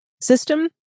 system